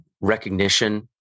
recognition